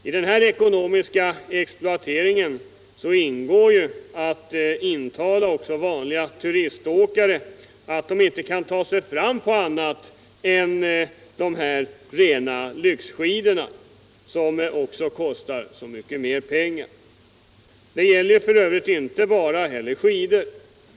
I denna ekonomiska exploatering ingår att intala vanliga turiståkare att de inte kan ta sig fram på annat än de rena lyxskidorna, som kostar så mycket mer pengar. Det gäller f.ö. inte bara skidsporten.